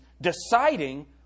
deciding